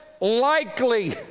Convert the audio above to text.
likely